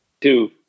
Two